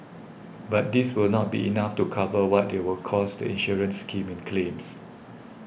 but this will not be enough to cover what they will cost the insurance scheme in claims